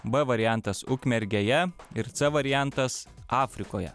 b variantas ukmergėje ir c variantas afrikoje